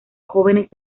jóvenes